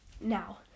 Now